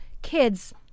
Kids